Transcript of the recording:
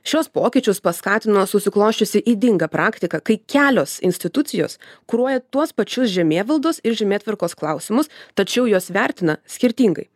šiuos pokyčius paskatino susiklosčiusi ydinga praktika kai kelios institucijos kuruoja tuos pačius žemėvaldos ir žemėtvarkos klausimus tačiau juos vertina skirtingai